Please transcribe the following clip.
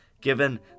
given